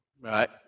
Right